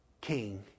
king